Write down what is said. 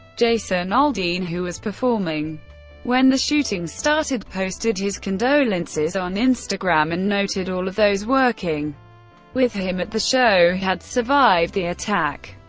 jason aldean, who was performing when the shooting started, posted his condolences on instagram and noted all of those working with him at the show had survived the attack.